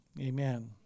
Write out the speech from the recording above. Amen